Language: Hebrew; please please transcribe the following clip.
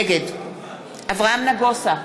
נגד אברהם נגוסה,